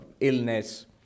illness